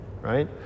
right